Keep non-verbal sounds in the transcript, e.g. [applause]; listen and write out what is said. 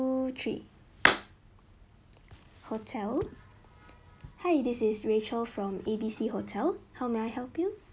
two three [noise] hotel hi this is rachel from A B C hotel how may I help you